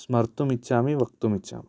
स्मर्तुमिच्छामि वक्तुमिच्छामि